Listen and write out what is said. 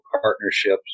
partnerships